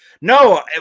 No